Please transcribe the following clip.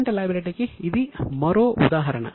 current liability కి ఇది మరో ఉదాహరణ